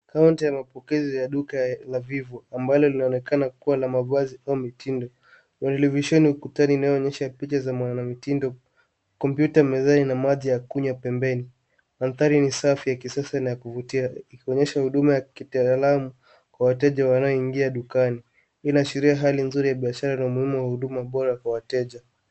Duka la vipodozi na mitindo linaonekana liko katika kaunti au eneo lenye shughuli nyingi. Ukutani kuna onyesho la picha za wanawake na mitindo mbalimbali. Kompyuta mezani na matairi madogo yako pembeni. Ndani ni safi, ya kisasa na ya kuvutia, ikiashiria huduma za kitaalamu kwa wateja wanaoingia dukani. Mandhari hii inaonyesha mazingira mazuri ya biashara na utoaji wa huduma bora kwa wateja.